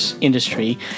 industry